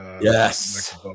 Yes